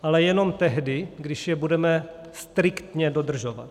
Ale jenom tehdy, když je budeme striktně dodržovat.